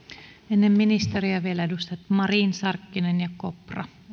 ennen ministeriä vielä edustajat marin sarkkinen ja kopra